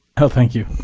no thank you.